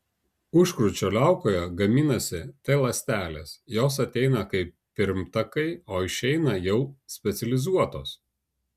užkrūčio liaukoje gaminasi t ląstelės jos ateina kaip pirmtakai o išeina jau specializuotos